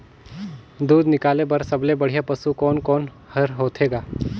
दूध निकाले बर सबले बढ़िया पशु कोन कोन हर होथे ग?